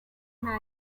nta